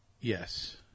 Yes